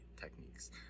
techniques